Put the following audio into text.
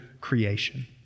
creation